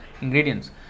ingredients